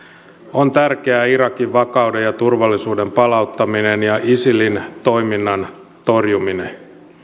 on tärkeää irakin vakauden ja turvallisuuden palauttaminen ja isilin toiminnan torjuminen